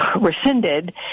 rescinded